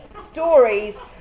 stories